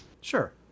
sure